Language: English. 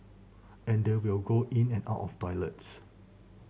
and they will go in and out of toilets